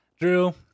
Drew